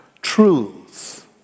truths